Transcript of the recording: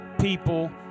people